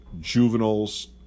juveniles